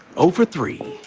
oh for three.